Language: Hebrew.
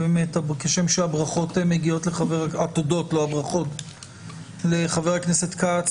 כשם שהתודות מגיעות לחה"כ כץ,